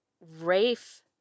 Rafe